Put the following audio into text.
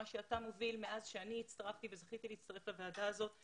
מה שאתה מוביל מאז אני הצטרפתי וזכיתי להצטרף לוועדה הזאת,